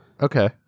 Okay